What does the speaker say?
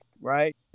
right